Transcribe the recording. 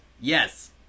yes